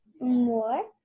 More